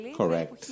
correct